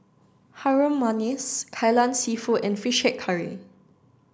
Harum Manis Kai Lan seafood and fish head curry